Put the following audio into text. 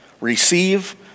receive